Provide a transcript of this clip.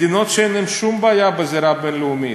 מדינות שאין להן שום בעיה בזירה הבין-לאומית: